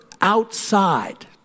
outside